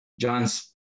John's